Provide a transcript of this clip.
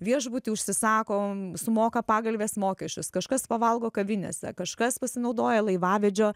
viešbuty užsisako sumoka pagalvės mokesčius kažkas pavalgo kavinėse kažkas pasinaudoja laivavedžio